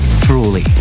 truly